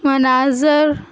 مناظر